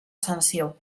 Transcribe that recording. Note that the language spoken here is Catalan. sanció